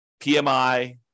PMI